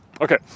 Okay